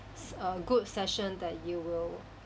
a good session that you will